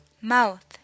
mouth